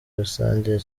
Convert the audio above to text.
rusange